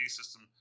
system